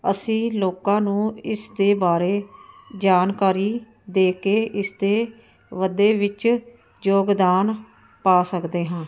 ਅਸੀਂ ਲੋਕਾਂ ਨੂੰ ਇਸ ਦੇ ਬਾਰੇ ਜਾਣਕਾਰੀ ਦੇ ਕੇ ਇਸ ਦੇ ਵਾਧੇ ਵਿੱਚ ਯੋਗਦਾਨ ਪਾ ਸਕਦੇ ਹਾਂ